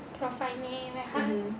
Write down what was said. got find leh very hard